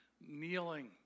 kneeling